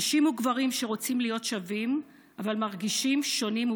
נשים וגברים שרוצים להיות שווים מרגישים שונים,